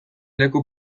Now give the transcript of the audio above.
leku